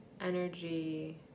energy